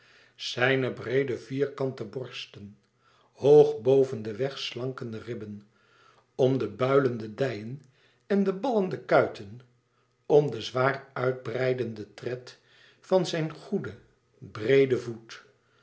zijne breede vierkante borsten hoog boven de wèg slankende ribben om de builende dijen en de ballende kuiten om den zwaar uit breidenden tred van zijn goeden breeden voet